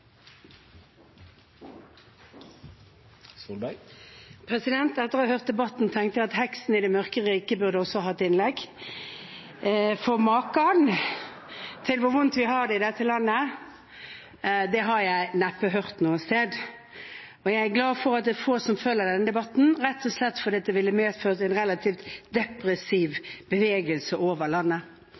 Etter å ha hørt debatten tenkte jeg at heksen i det mørket riket også burde holde et innlegg , for maken til hvor vondt vi har det i dette landet, har jeg neppe hørt noe sted. Jeg er glad for at det er få som følger denne debatten, rett og slett fordi det ville medført en relativt depressiv bevegelse i landet.